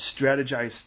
strategize